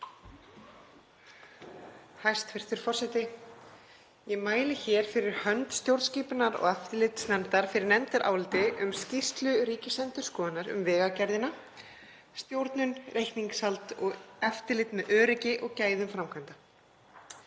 Hæstv. forseti. Ég mæli hér fyrir hönd stjórnskipunar- og eftirlitsnefndar fyrir nefndaráliti um skýrslu Ríkisendurskoðunar um Vegagerðina, stjórnun, reikningshald og eftirlit með öryggi og gæðum framkvæmda.